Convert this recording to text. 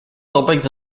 topics